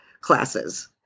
classes